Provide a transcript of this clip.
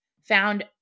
found